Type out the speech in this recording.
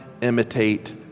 imitate